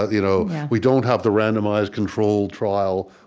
ah you know we don't have the randomized control trial,